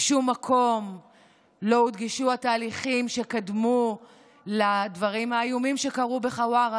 בשום מקום לא הודגשו התהליכים שקדמו לדברים האיומים שקרו בחווארה,